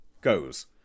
goes